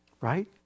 right